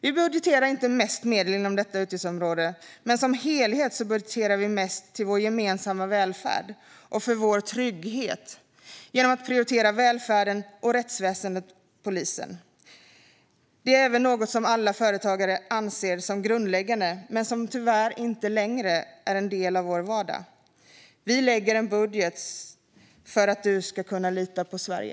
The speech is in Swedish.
Vi budgeterar inte mest medel inom detta utgiftsområde, men som helhet budgeterar vi mest till vår gemensamma välfärd och för vår trygghet genom att prioritera välfärden, rättsväsendet och polisen. Det är även något som alla företagare anser som grundläggande, men som tyvärr inte längre är en del av vår vardag. Vi lägger fram en budget som gör att man ska kunna lita på Sverige.